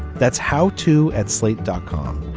that's how to at slate dot com.